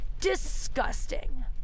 disgusting